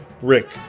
Rick